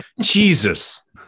Jesus